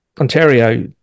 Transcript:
Ontario